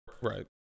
right